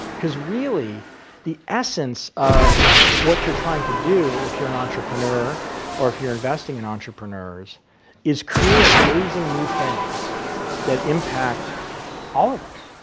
because really the essence of what you're trying to do if you're an entrepreneur or if you're investing in entrepreneurs is create amazing new things that impact all of us.